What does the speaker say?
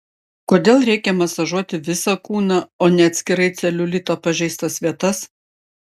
kodėl reikia masažuoti visą kūną o ne atskirai celiulito pažeistas vietas